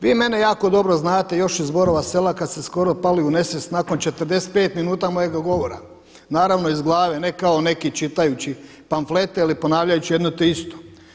Vi mene jako dobro znate još iz Borova Sela kada ste skoro pali u nesvijest nakon 45 minuta mojega govora, naravno iz glave, ne kao neki čitajući pamflete ili ponavljajući jedno te isto.